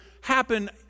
happen